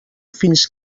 fins